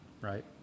right